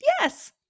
yes